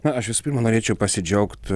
na aš visų pirma norėčiau pasidžiaugt